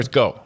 go